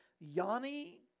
Yanni